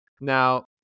Now